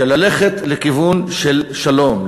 של ללכת לכיוון של שלום,